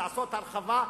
לעשות הרחבה,